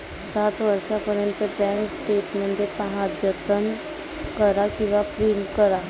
सात वर्षांपर्यंत bank statement पहा, जतन करा किंवा प्रिंट करा